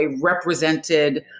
Represented